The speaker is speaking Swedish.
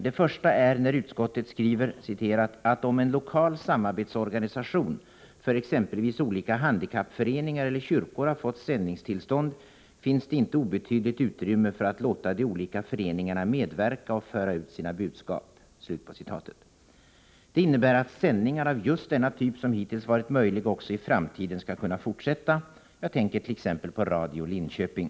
Den första är när utskottet skriver att ”om en lokal samarbetsorganisation för exempelvis olika handikappföreningar eller kyrkor har fått sändningstillstånd, finns det inte obetydligt utrymme för att låta de olika föreningarna medverka och föra ut sina budskap”. Det innebär att sändningar av just denna typ, som hittills varit möjliga, också i framtiden skall kunna fortsätta. Jag tänker t.ex. på Radio Linköping.